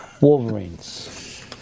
Wolverines